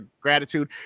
gratitude